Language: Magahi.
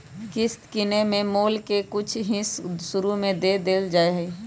किस्त किनेए में मोल के कुछ हिस शुरू में दे देल जाइ छइ